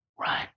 run